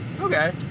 Okay